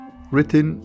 Written